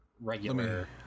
regular